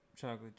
chocolate